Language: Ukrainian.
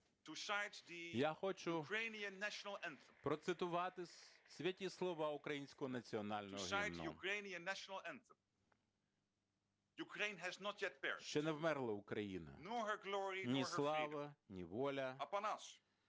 Я хочу процитувати святі слова українського національного гімну: